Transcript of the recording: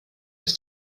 this